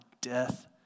death